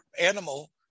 animal